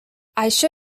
això